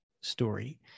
story